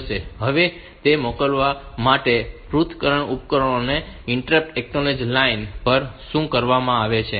હવે તે મોકલવા માટે પૃથક ઉપકરણોને અને ઇન્ટરપ્ટ એક્નોલેજ લાઇન પર શું કરવામાં આવે છે